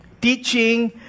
teaching